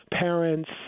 parents